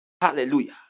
Hallelujah